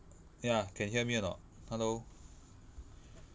ya can hear me or not hello